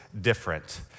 different